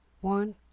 One